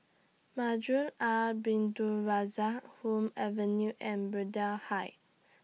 Masjid Al Abdul Razak Hume Avenue and Braddell Heights